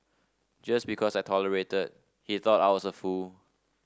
just because I tolerated he thought I was a fool